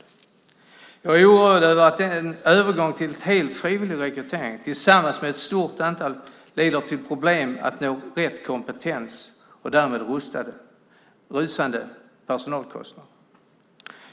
Jag är oroad över att en övergång till en helt frivillig rekrytering leder till problem att nå rätt kompetens och därmed rusande personalkostnader.